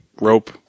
rope